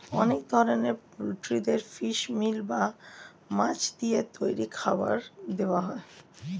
অনেক ধরনের পোল্ট্রিদের ফিশ মিল বা মাছ দিয়ে তৈরি খাবার দেওয়া হয়